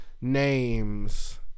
names